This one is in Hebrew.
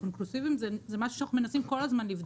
--- זה משהו שאנחנו מנסים כל הזמן לבדוק,